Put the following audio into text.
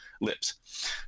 lips